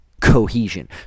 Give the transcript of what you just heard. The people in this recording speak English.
cohesion